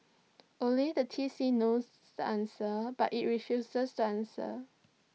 only the T C knows the answer but IT refuses to answer